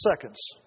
seconds